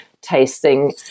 tasting